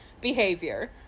behavior